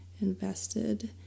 invested